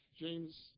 James